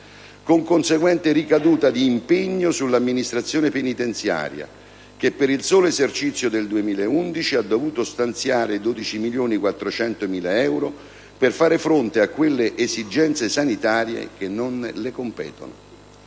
con conseguente ricaduta di impegno sull'amministrazione penitenziaria che, per il solo esercizio del 2011 ha dovuto stanziare 12.400.000 euro per far fronte a quelle esigenze sanitarie che non le competono.